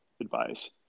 advice